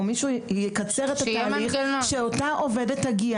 או שמישהו יקצר את התהליך ואותה עובדת תגיע